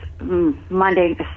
Monday